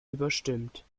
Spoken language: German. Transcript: überstimmt